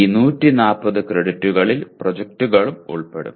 ഈ 140 ക്രെഡിറ്റുകളിൽ പ്രോജക്ടുകളും ഉൾപ്പെടും